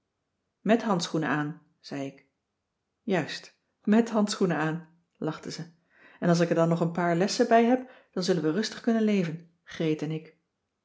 met handschoenen aan zei ik juist met handschoenen aan lachte ze en als ik er dan nog een paar lessen bij heb dan zullen we rustig kunnen leven greet en ik